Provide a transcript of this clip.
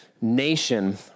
nation